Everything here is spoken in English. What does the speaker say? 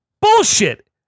bullshit